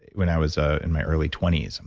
when i was ah in my early twenties. i'm